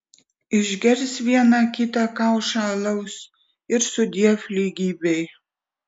išgers vieną kita kaušą alaus ir sudiev lygybei